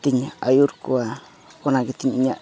ᱛᱤᱧ ᱟᱹᱭᱩᱨ ᱠᱚᱣᱟ ᱚᱱᱟ ᱜᱮᱛᱤᱧ ᱤᱧᱟᱹᱜ